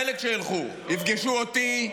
החלק שילכו יפגשו אותי,